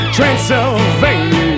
Transylvania